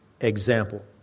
example